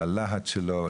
ללהט שלו,